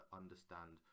understand